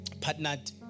partnered